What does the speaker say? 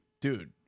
Dude